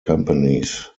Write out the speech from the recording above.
companies